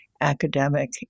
academic